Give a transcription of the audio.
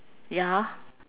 ya